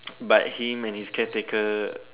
but him and his caretaker